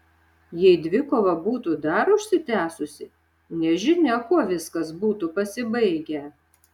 jei dvikova būtų dar užsitęsusi nežinia kuo viskas būtų pasibaigę